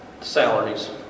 Salaries